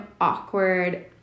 awkward